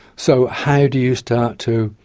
so how do you start to,